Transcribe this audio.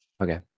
Okay